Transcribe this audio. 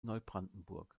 neubrandenburg